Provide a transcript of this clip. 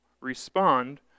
respond